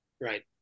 Right